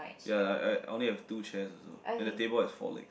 ya ya ya only have two chairs also and the table has four legs